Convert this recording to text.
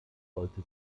sollte